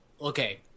okay